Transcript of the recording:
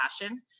passion